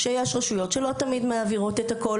שיש רשויות שלא תמיד מעבירות את הכול